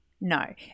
no